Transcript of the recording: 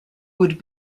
would